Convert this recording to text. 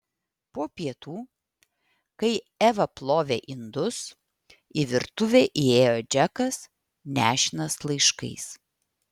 po pietų kai eva plovė indus į virtuvę įėjo džekas nešinas laiškais